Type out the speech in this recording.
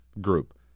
group